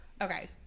okay